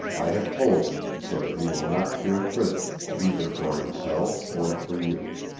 i have told him, so that he will not fear prison either for himself or for you.